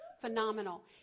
phenomenal